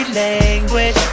language